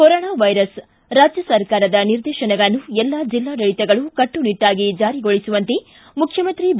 corona virus ರಾಜ್ಯ ಸರ್ಕಾರದ ನಿರ್ದೇಶನಗಳನ್ನು ಎಲ್ಲ ಜಿಲ್ಲಾಡಳಿತಗಳು ಕಟ್ಟುನಿಟ್ಟಾಗಿ ಜಾರಿಗೊಳಿಸುವಂತೆ ಮುಖ್ಯಮಂತ್ರಿ ಬಿ